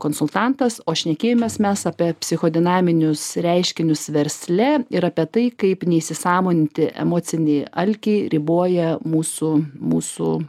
konsultantas o šnekėjomės mes apie psicho dinaminius reiškinius versle ir apie tai kaip neįsisąmoninti emocinį alkį riboja mūsų mūsų